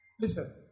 Listen